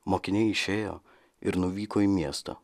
mokiniai išėjo ir nuvyko į miestą